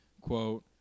quote